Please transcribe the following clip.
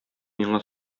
миңа